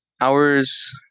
hours